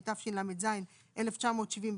התשל"ז-1977,